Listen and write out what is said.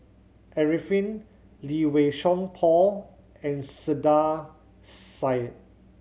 Arifin Lee Wei Song Paul and Saiedah Said